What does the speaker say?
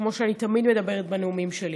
כמו שאני תמיד אומרת בנאומים שלי.